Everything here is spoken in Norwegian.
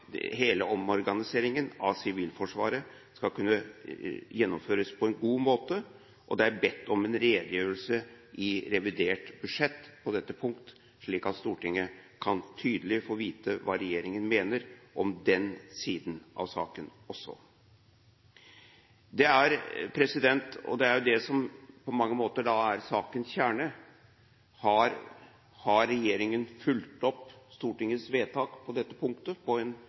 hele omorganiseringen av Sivilforsvaret skal kunne gjennomføres på en god måte. Det er bedt om en redegjørelse i revidert budsjett på dette punkt, slik at Stortinget tydelig kan få vite hva regjeringen mener om den siden av saken også. Det som på mange måter er sakens kjerne, er: Har regjeringen fulgt opp Stortingets vedtak på dette punktet på